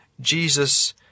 Jesus